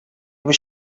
was